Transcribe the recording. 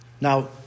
Now